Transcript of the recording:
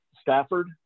Stafford